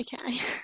okay